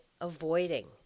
avoiding